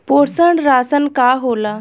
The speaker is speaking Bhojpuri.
पोषण राशन का होला?